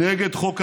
יש הרבה דוברים